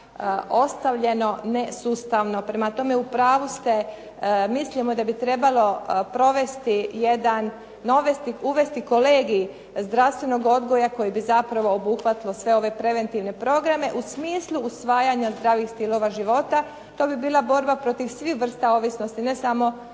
ostavljeno nesustavno, prema tome u pravu ste. Mislimo da bi trebalo uvesti kolegij zdravstvenog odgoja koji bi zapravo obuhvatio sve ove preventivne programe u smislu usvajanja zdravih stilova života. To bi bila borba protiv svih vrsta ovisnosti, ne samo